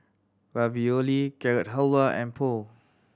Ravioli Carrot Halwa and Pho